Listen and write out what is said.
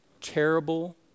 terrible